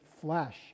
flesh